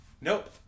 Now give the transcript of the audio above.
nope